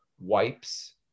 wipes